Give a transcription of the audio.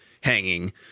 hanging